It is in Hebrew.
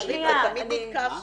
יריב, זה תמיד נתקע שם.